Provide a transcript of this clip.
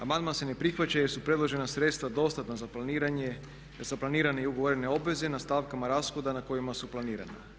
Amandman se ne prihvaća jer su predložena sredstva dostatna za planiranje, jer su planirane i ugovorene obveze na stavkama rashoda na kojima su planirana.